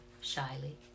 shyly